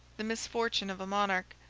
the misfortune of a monarch,